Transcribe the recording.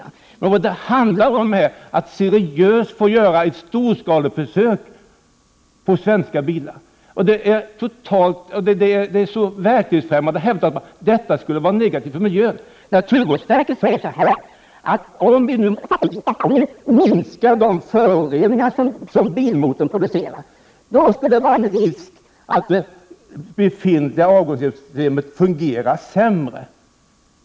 Vad det alltså handlar om här är att vi behöver få göra ett seriöst storskaligt försök beträffande svenska bilar. Det är verklighetsfrämmande att hävda att detta skulle vara negativt för miljön. Naturvårdsverket säger att risken finns, om vi härigenom kan minska de föroreningar som en bilmotor producerar, att det befintliga avgassystemet kommer att fungera sämre.